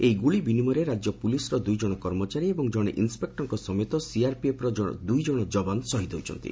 ଏହି ଗୁଳି ବିନିମୟରେ ରାଜ୍ୟ ପୁଲିସ୍ର ଦୁଇ ଜଣ କର୍ମଚାରୀ ଏବଂ ଜଣେ ଇନ୍ସେକ୍ଟରଙ୍କ ସମେତ ସିଆର୍ପିଏଫ୍ର ଦୁଇ ଜଣ ଯବାନ ଶହୀଦ୍ ହୋଇଛନ୍ତି